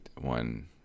one